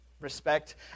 Respect